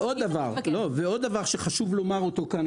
ועוד דבר שחשוב לומר אותו כאן,